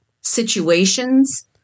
situations